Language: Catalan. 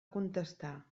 contestar